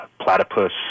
platypus